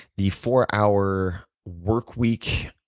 the four hour work week,